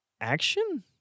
action